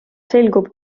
selgub